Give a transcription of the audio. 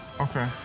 Okay